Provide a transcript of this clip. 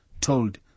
told